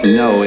no